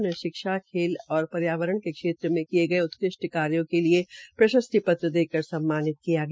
उन्हें शिक्षा खेल आफ पर्यावरण के क्षेत्र में किये गये उत्कृष्ट कार्यो के लिए प्रशस्ति पत्र देकर सम्मानित किया गया